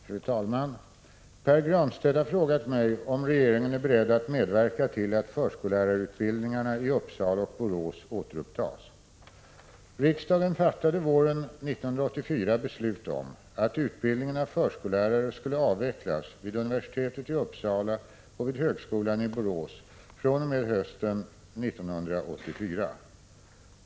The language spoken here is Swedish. Fru talman! Pär Granstedt har frågat mig om regeringen är beredd att medverka till att förskollärarutbildningarna i Uppsala och Borås återupptas. Riksdagen fattade våren 1984 beslut om att utbildningen av förskollärare skulle avvecklas vid universitetet i Uppsala och vid högskolan i Borås fr.o.m. höstterminen 1984.